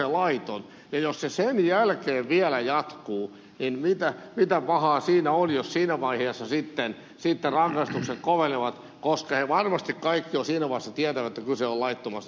ja jos se sen jälkeen vielä jatkuu niin mitä pahaa siinä on jos siinä vaiheessa rangaistukset kovenevat koska he varmasti kaikki jo siinä vaiheessa tietävät että kyse on laittomasta työtaistelusta